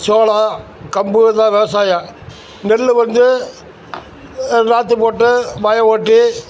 சோளம் கம்பு தான் விவசாயம் நெல் வந்து நாற்று போட்டு வயல் ஒட்டி